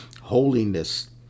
holiness